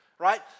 right